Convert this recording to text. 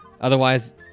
otherwise